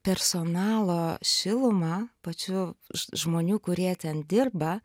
personalo šiluma pačių žmonių kurie ten dirba